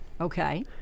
Okay